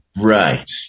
Right